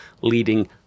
leading